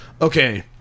okay